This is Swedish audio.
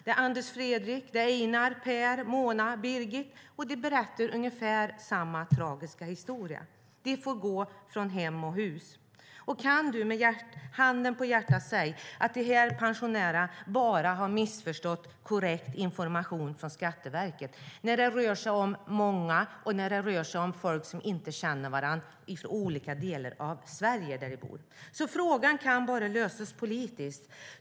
Det är Anders-Fredrik, Einar, Per, Mona och Birgit, och de berättar ungefär samma tragiska historia: De får gå från hem och hus. Kan du med handen på hjärtat säga att dessa pensionärer bara har missförstått korrekt information från Skatteverket när det rör sig om många och när det rör sig om folk som inte känner varandra från olika delar av Sverige? Frågan kan bara lösas politiskt.